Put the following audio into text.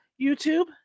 YouTube